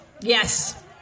yes